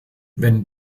wenn